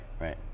right